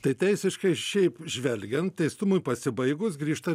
tai teisiškai šiaip žvelgiant teistumui pasibaigus grįžta